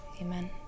amen